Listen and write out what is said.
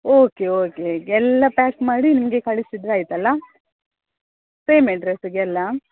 okay okay ಎಲ್ಲ pack ಮಾಡಿ ನಿಮಗೆ ಕಳಿಸಿದರೆ ಆಯಿತಲ್ಲ ಸೇಮ್ ಎಡ್ರೆಸ್ಸಿಗೆಲ್ಲ